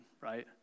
right